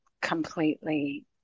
completely